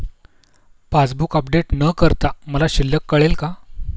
Passbook update न करता मला शिल्लक कळेल का?